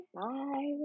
Bye